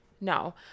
No